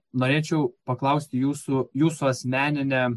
norėčiau paklausti jūsų jūsų asmeninę